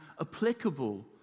applicable